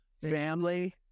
family